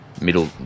Middle